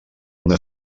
una